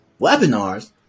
webinars